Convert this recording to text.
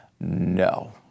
no